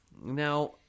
Now